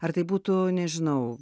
ar tai būtų nežinau